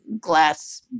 glass